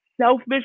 selfish